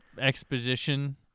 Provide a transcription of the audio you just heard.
exposition